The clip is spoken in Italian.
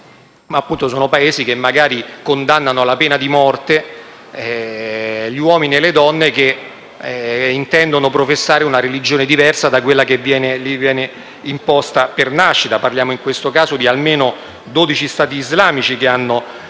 Si tratta di Paesi che magari condannano alla pena di morte gli uomini e le donne che intendono professare una religione diversa da quella che viene imposta loro per nascita. Stiamo parlando di almeno 12 Stati islamici che hanno